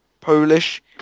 Polish